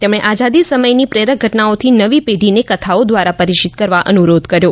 તેમણે આઝાદી સમયની પ્રેરક ઘટનાઓથી નવી પેઢીને કથાઓ દ્વારા પરિચિત કરવા અનુરોધ કર્યો